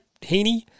Heaney